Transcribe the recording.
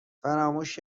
فراموش